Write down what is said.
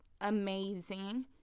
amazing